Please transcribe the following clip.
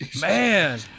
man